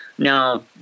Now